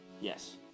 Yes